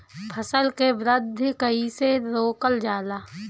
फसल के वृद्धि कइसे रोकल जाला?